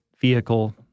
vehicle